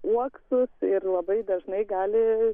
uoksus ir labai dažnai gali